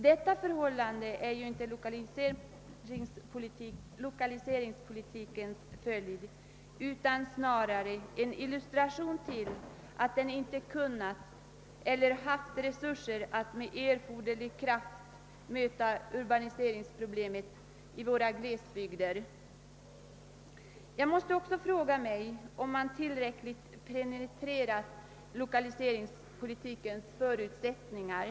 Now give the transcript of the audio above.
Detta förhållande beror ju inte på l1okaliseringspolitiken utan är snarare en illustration till att den inte kunnat eller haft resurser att med erforderlig kraft möta urbaniseringsproblemet i våra glesbygder. Jag måste också ställa frågan om man tillräckligt har penetrerat lokaliseringspolitikens förutsättningar.